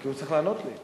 כי הוא צריך לענות לי.